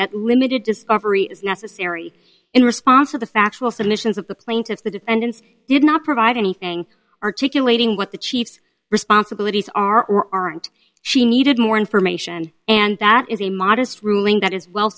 that limited discovery is necessary in response to the factual submissions of the plaintiff the defendants did not provide anything articulating what the chief's responsibilities are or aren't she needed more information and that is a modest ruling that is well